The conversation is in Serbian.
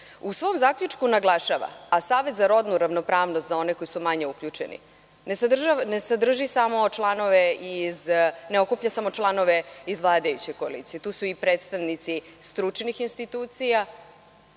u svom zaključku naglašava, a Savet za rodnu ravnopravnost za one koji su manje uključeni ne okuplja samo članove iz vladajuće koalicije, tu su i predstavnici stručnih institucija,